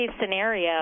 scenario